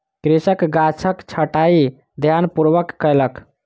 कृषक गाछक छंटाई ध्यानपूर्वक कयलक